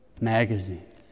magazines